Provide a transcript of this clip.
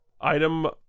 item